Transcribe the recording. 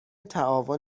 تعاون